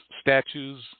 statues